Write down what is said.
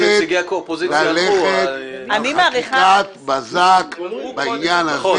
ללכת על חקיקת בזק בעניין הזה, נקודה.